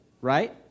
right